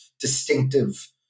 distinctive